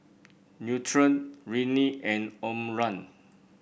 Nutren Rene and Omron